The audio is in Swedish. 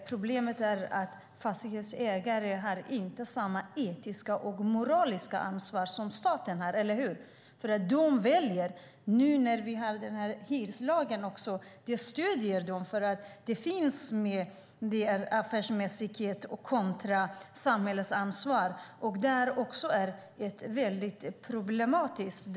Problemet är att fastighetsägare inte har samma etiska och moraliska ansvar som staten har, eller hur? Den hyreslag vi nu har stöder dem. Där ställs affärsmässighet kontra samhällets ansvar. Det är väldigt problematiskt.